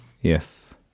Yes